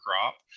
crop